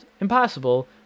impossible